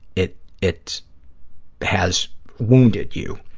it it has wounded you,